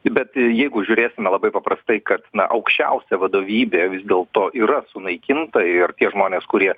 bet jeigu žiūrėsime labai paprastai kad aukščiausia vadovybė vis dėlto yra sunaikinta ir tie žmonės kurie